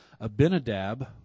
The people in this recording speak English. Abinadab